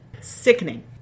Sickening